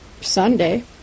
Sunday